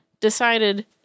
decided